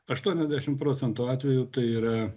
aštuoniasdešim procentų atvejų tai yra